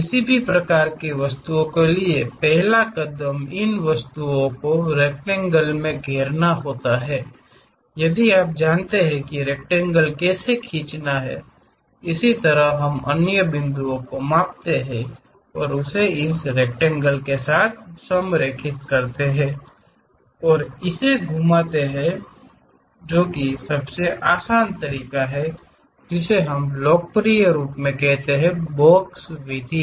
किसी भी प्रकार की वस्तुओं के लिए पहला कदम इन वस्तुओं को रेक्टेंगल में घेरता है यदि आप जानते हैं कि रेक्टेंगल कैसे खींचनी है इसी तरह हम अन्य बिंदुओं को मापते हैं और उस रेक्टेंगल के साथ संरेखित करते हैं और इसे घुमाते हैं जो कि सबसे आसान तरीका है जिसे हम लोकप्रिय रूप में कहते हैं बॉक्स विधि